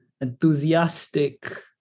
enthusiastic